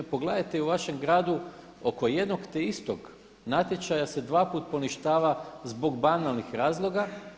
Pogledajte i u vašem gradu oko jednog te istog natječaja se dvaput poništava zbog banalnih razloga.